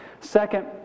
Second